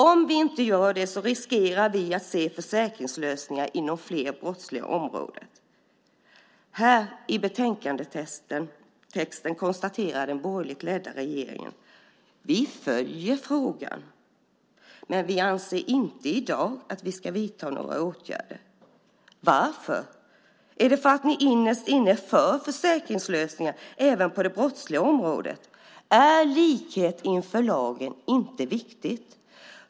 Om vi inte gör detta riskerar vi att se försäkringslösningar inom fler brottsliga områden. I betänkandetexten konstaterar utskottet att den borgerligt ledda regeringen följer frågan, och man anser inte att vi i dag ska vidta några åtgärder. Varför? Är det för att ni innerst inne är för försäkringslösningar även på det brottsliga området? Är likhet inför lagen inte viktigt?